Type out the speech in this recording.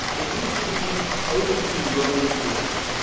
it needs to be open to related fields though.